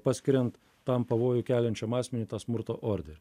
paskiriant tam pavojui keliančiam asmeniui tą smurto orderį